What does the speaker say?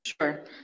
Sure